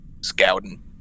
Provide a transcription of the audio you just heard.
Scouting